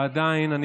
ואללה, התרגלנו.